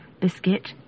Biscuit